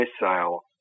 missile